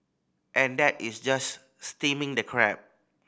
and that is just steaming the crab